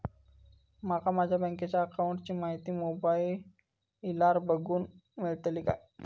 माका माझ्या बँकेच्या अकाऊंटची माहिती मोबाईलार बगुक मेळतली काय?